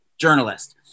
journalist